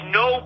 no